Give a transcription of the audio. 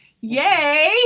Yay